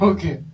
Okay